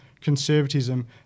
...conservatism